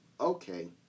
okay